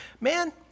Man